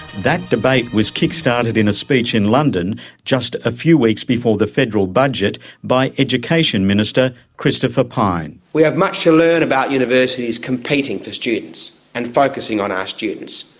that debate was kick-started in a speech in london just a few weeks before the federal budget by education minister, christopher pyne. we have much to learn about universities competing for students and focussing on our students.